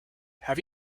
have